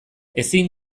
ezin